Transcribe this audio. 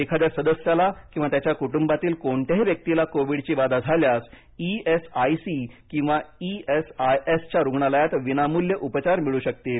एखाद्या सदस्याला किंवा त्याच्या कुटुंबातील कोणत्याही व्यक्तीला कोविडची बाधा झाल्यास इ एस आय सी किंवा इ एस आय एस च्या रुग्णालयात विनामूल्य उपचार मिळू शकतील